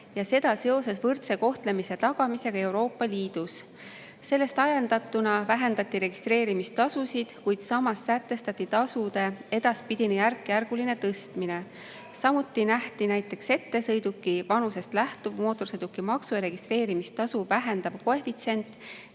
seda seoses võrdse kohtlemise tagamisega Euroopa Liidus. Sellest ajendatuna vähendati registreerimistasusid, kuid samas sätestati tasude edaspidine järkjärguline tõstmine. Samuti nähti ette sõiduki vanusest lähtuv mootorsõidukimaksu ja registreerimistasu vähendav koefitsient